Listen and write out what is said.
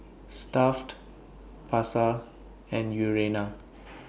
Stuff'd Pasar and Urana